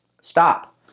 stop